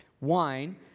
Wine